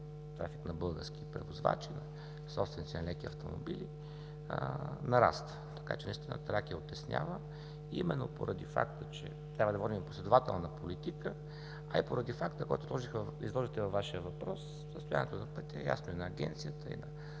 трафик на български превозвачи, собственици на леки автомобили нараства. Наистина „Тракия“ отеснява и именно, поради факта че трябва да водим последователна политика, а и поради факта, който изложихте във Вашия въпрос, състоянието на пътя е ясно и на Агенцията,